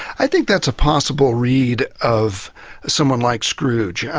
i think that's a possible read of someone like scrooge.